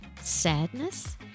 sadness